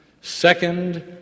Second